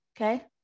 okay